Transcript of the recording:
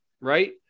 right